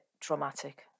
traumatic